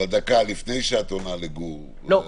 לפני שאת עונה לגור --- לא,